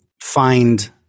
find